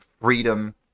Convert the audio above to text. freedom